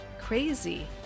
crazy